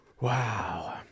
Wow